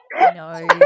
No